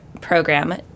program